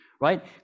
right